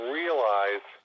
realize